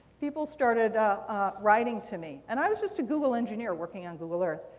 people started writing to me. and i was just a google engineer working on google earth.